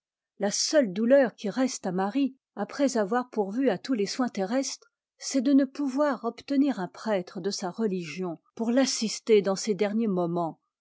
la seule douleur qui reste à marie après avoir pourvu à tous les soins terrestres c'est de ne pouvoir obtenir un prêtre de sa religion pour l'assister dans ses derniers moments